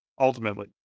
Ultimately